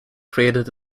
created